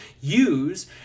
use